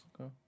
Okay